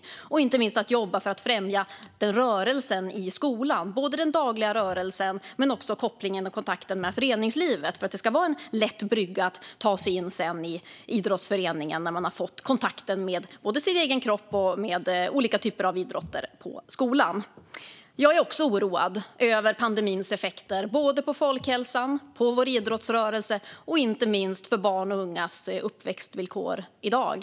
Det handlar inte minst om att jobba för att främja rörelse i skolan. Det handlar om både den dagliga rörelsen och kopplingen och kontakten med föreningslivet för att det sedan ska vara en lätt brygga för att ta sig in i idrottsföreningen när man i skolan har fått kontakt både med sin kropp och med olika typer av idrotter. Jag är också oroad över pandemins effekter på folkhälsan, vår idrottsrörelse och inte minst barns och ungas uppväxtvillkor i dag.